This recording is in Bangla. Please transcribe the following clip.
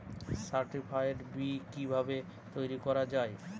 সার্টিফাইড বি কিভাবে তৈরি করা যায়?